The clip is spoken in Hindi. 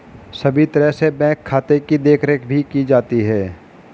सभी तरह से बैंक के खाते की देखरेख भी की जाती है